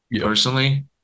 personally